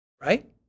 Right